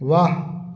वाह